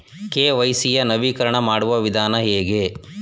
KYC ಯ ನವೀಕರಣ ಮಾಡುವ ವಿಧಾನ ಹೇಗೆ?